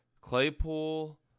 Claypool –